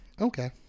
okay